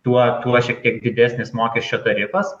tuo tuo šiek tiek didesnis mokesčio tarifas